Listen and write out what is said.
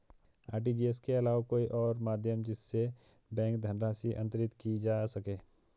RTGS के अलावा कोई और माध्यम जिससे बैंक धनराशि अंतरित की जा सके?